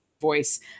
voice